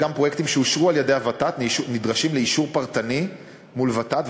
גם פרויקטים שאושרו על-ידי הוות"ת נדרשים לאישור פרטני מול ות"ת,